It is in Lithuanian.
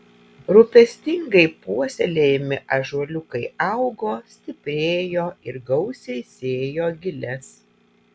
rūpestingai puoselėjami ąžuoliukai augo stiprėjo ir gausiai sėjo giles